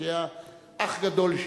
כי היה אח גדול שלי,